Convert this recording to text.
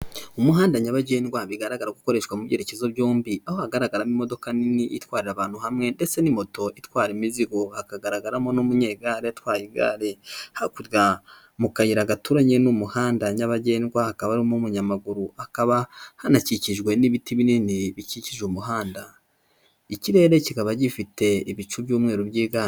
Umuhanda nyabagendwa bigaragara ko ukoreshwa mu byerekezo byombi aho ahagaragaramo imodoka nini itwara abantu hamwe ndetse na moto itwara imizigo hakagaragaramo n'umunyegare atwaye igare, hakurya mu kayira gaturanye n'umuhanda nyabagendwa hakaba harimo umuyamaguru hakaba hanakikijwe n'ibiti binini bikikije umuhanda. Ikirere kikaba gifite ibicu byumweru byiganje.